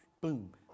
Boom